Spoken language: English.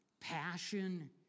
passion